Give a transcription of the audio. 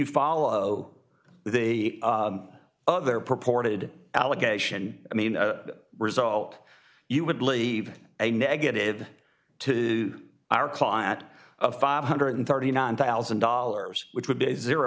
follow the other purported allegation i mean a result you would leave a negative to our client of five hundred and thirty nine thousand dollars which would be zero